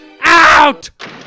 out